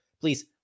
please